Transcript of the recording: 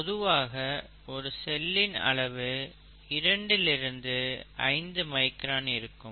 பொதுவாக ஒரு செல்லின் அளவு இரண்டில் இருந்து ஐந்து மைக்ரான் இருக்கும்